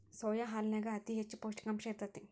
soya ಹಾಲನ್ಯಾಗ ಅತಿ ಹೆಚ್ಚ ಪೌಷ್ಟಿಕಾಂಶ ಇರ್ತೇತಿ